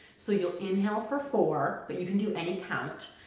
so you'll inhale for four. but you can do any count,